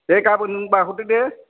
दे गाबोन होनबा हरदो दे